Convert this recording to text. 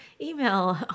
email